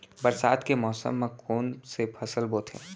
बरसात के मौसम मा कोन से फसल बोथे?